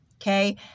Okay